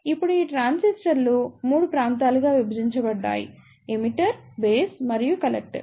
ఇప్పుడు ఈ ట్రాన్సిస్టర్లు 3 ప్రాంతాలుగా విభజించబడ్డాయి ఎమిటర్ బేస్ మరియు కలెక్టర్